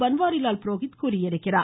பன்வாரிலால் புரோஹித் தெரிவித்துள்ளார்